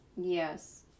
Yes